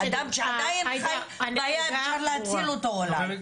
אדם שעדיין חי והיה ניתן להציל אותו אולי.